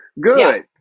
good